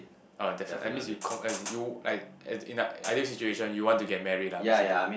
oh definitely that means you com~ as you like in like in an i~ ideal situation you want to get married ah basically